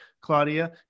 Claudia